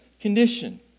condition